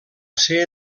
ser